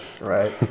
right